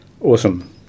Awesome